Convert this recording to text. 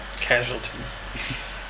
Casualties